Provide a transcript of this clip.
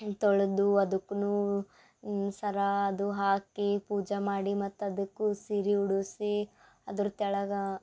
ತೊಳ್ದೂ ಅದಕ್ಕುನೂ ಸರ ಅದು ಹಾಕಿ ಪೂಜ ಮಾಡಿ ಮತ್ತು ಅದಕ್ಕು ಸೀರಿ ಉಡುಸಿ ಅದರ ತೆಳಗಾ